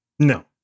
No